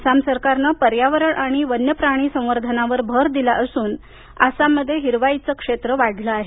आसाम सरकारनं पर्यावरण आणि वन्यप्राणी संवर्धनावर भर दिला असून आसाममध्ये हिरवाई क्षेत्र वाढलं आहे